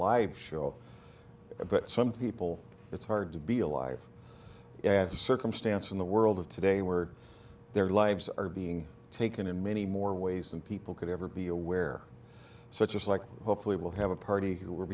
live show but some people it's hard to be alive as a circumstance in the world of today were their lives are being taken in many more ways than people could ever be aware such as like hopefully we'll have a party who will